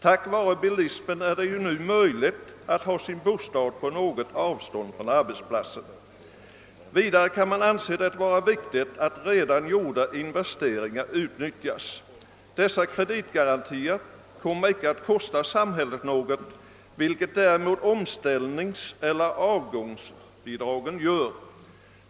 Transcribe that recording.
Tack vare bilismen är det nu möjligt att ha sin bostad på något avstånd från arbetsplatsen. Vidare kan man anse det vara viktigt att redan gjorda investeringar utnyttjas. Dessa kreditgarantier kommer icke att kosta samhället något, vilket däremot omställningseller avgångsbidragen gör.